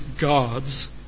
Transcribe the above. God's